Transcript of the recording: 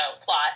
plot